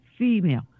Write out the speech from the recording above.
Female